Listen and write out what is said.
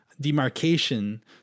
demarcation